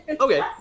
Okay